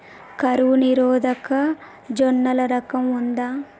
కరువు నిరోధక జొన్నల రకం ఉందా?